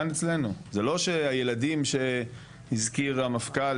זה לא שהילדים שהזכיר המפכ"ל,